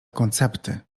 koncepty